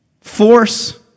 Force